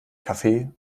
kaffee